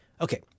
okay